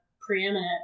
preeminent